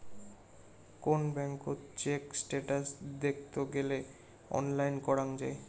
কোন ব্যাঙ্কত check status দেখত গেলে অনলাইন করাঙ যাই